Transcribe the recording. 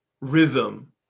rhythm